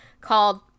called